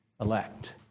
elect